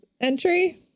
entry